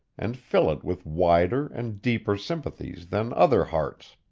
and fill it with wider and deeper sympathies than other hearts.